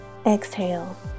Exhale